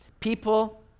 People